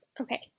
okay